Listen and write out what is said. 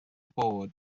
bod